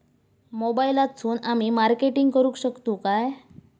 मोबाईलातसून आमी मार्केटिंग करूक शकतू काय?